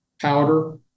powder